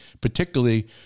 Particularly